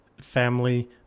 family